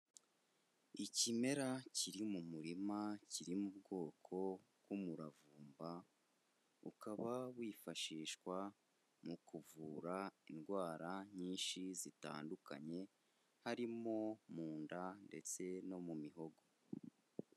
Ikimera kiri mu murima, kiri mu bwoko bw'umuravumba, ukaba wifashishwa mu kuvura indwara nyinshi zitandukanye, harimo mu nda ndetse no mu mihogo.